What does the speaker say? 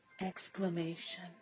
exclamation